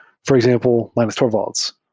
for example, linus torvalds,